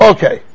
Okay